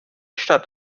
stadt